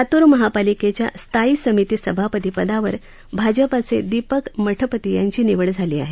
लात्र महापालिकेच्या स्थायी समिती सभापती पदावर भाजपचे दीपक मठपती यांची निवड झाली आहे